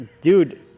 Dude